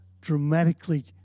dramatically